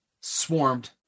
swarmed